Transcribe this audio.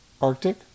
Arctic